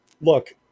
look